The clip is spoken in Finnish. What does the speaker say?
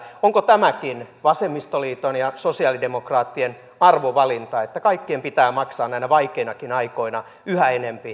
onko tämäkin vasemmistoliiton ja sosialidemokraattien arvovalinta että kaikkien pitää maksaa näinä vaikeinakin aikoina yhä enempi yle veroa